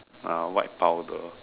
uh white powder